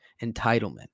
entitlement